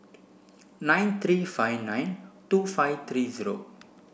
nine three five nine two five three zero